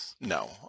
No